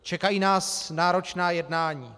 Čekají nás náročná jednání.